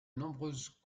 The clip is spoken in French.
nombreuses